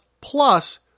plus